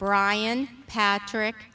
brian patrick